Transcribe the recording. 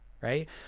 right